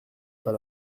pas